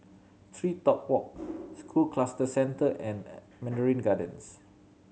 TreeTop Walk School Cluster Centre and Mandarin Gardens